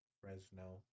Fresno